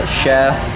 chef